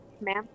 Ma'am